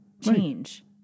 change